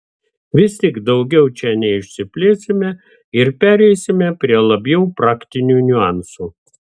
vis tik daugiau čia neišsiplėsime ir pereisime prie labiau praktinių niuansų